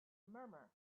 murmur